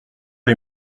les